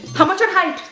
how much your height?